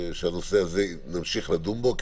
ההסכמות שנמשיך לדון בנושא זה,